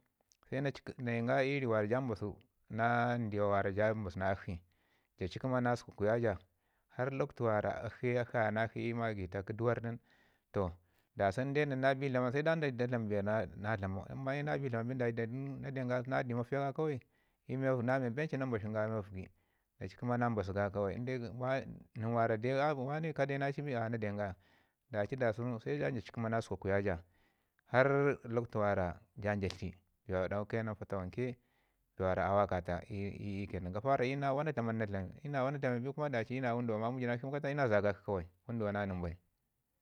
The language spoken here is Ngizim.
sai na ci nayin ga i ri mi ja mbasu nandiwa ja mbasu na akshi ja ci kəma na mbasa ja har lakwtu wara akshi ye ayanakshi magita kə duwarr nin toh da sən in nən na bee wara a dlaman nin se da dlam bee mi wara na dlamau mman nin na bi dlama bi nin na denga na di mafiya ga kawai i miya mavgi na me benci na mbasən ga i miya mavgi na ci kəma na mbasu ga inde nin mi wara deu wane kade na ci bi na den ga da ci da sunu sai jaci kəma na sukwakwiya ja har lakwtu wa can ja tli bee dawu ke nan fatawanke bee wara a wakata i iyu ke nan. Gafa iyu na wana dlaman nan, na dlami i na wana bin daci mamau cu nakshi i makaranta iyu na zəgakshi kawai wunduwa na nən bai.